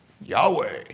Yahweh